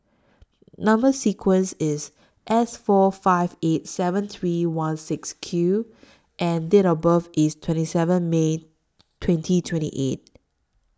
Number sequence IS S four five eight seven three one six Q and Date of birth IS twenty seven May twenty twenty eight